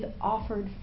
offered